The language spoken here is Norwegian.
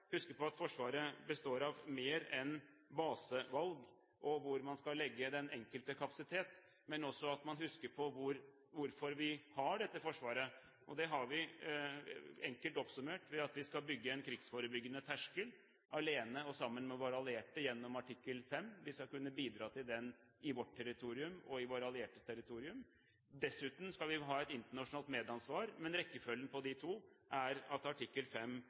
husker på at Forsvaret består av mer enn basevalg og hvor man skal legge den enkelte kapasitet. Vi må også huske på hvorfor vi har dette forsvaret, og det har vi enkelt oppsummert slik: Vi skal bygge en krigsforebyggende terskel, både alene og sammen med våre allierte gjennom artikkel 5. Vi skal kunne bidra til den i vårt territorium og i våre alliertes territorium. Dessuten skal vi nå ha et internasjonalt medansvar, men rekkefølgen på disse to er at artikkel